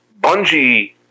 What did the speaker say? Bungie